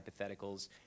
hypotheticals